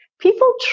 People